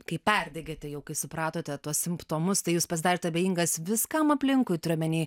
kai perdegėte jau kai supratote tuos simptomus tai jūs pasidarėt abejingas viskam aplinkui turiu omeny